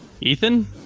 Ethan